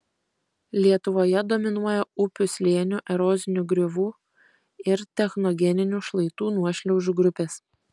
lietuvoje dominuoja upių slėnių erozinių griovų ir technogeninių šlaitų nuošliaužų grupės